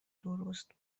درست